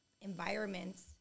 environments